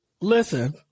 Listen